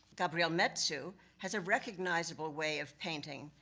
gabriel metsu, has a recognizable way of painting,